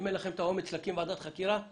אם אין לכם את האומץ להקים ועדת חקירה,